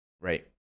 right